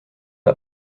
pas